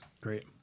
Great